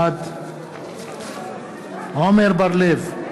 בעד עמר בר-לב,